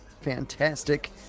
fantastic